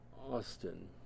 Austin